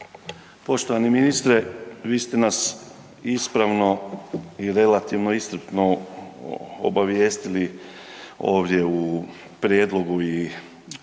Poštovani ministre vi ste nas ispravno i relativno iscrpno obavijestili ovdje u prijedlogu i ocijeni